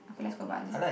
okay lets go Bali